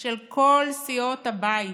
של כל סיעות הבית,